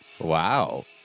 Wow